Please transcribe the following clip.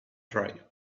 dry